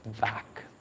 back